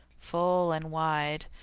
full and wide,